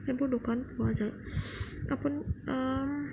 কিন্তু দোকান পোৱা যায়